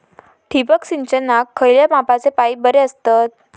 ठिबक सिंचनाक खयल्या मापाचे पाईप बरे असतत?